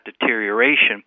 deterioration